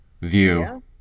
view